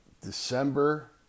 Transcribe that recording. December